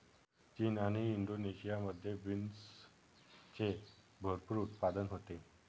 चीन आणि इंडोनेशियामध्ये बीन्सचे भरपूर उत्पादन होते